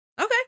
okay